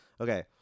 Okay